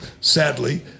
sadly